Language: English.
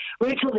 Rachel